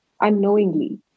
unknowingly